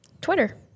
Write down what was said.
Twitter